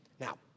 Now